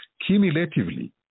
Cumulatively